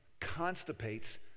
constipates